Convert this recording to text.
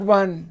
one